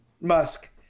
Musk